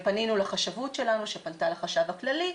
פנינו לחשבות שלנו שפנתה לחשב הכללי,